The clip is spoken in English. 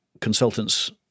consultant's